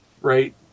right